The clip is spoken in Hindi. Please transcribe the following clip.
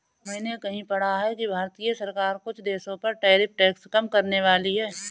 मैंने कहीं पढ़ा है कि भारतीय सरकार कुछ देशों पर टैरिफ टैक्स कम करनेवाली है